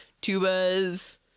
tubas